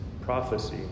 prophecy